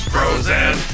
Frozen